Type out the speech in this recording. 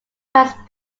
vice